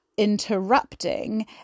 interrupting